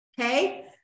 okay